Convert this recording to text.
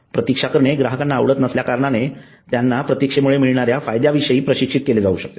प्रतिक्षा करणे ग्राहकांना आवडत नसल्याकारणाने त्यांना प्रेतिक्षेमुळे मिळणाऱ्या फायद्यांविषयी प्रशिक्षित केले जाऊ शकते